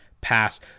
pass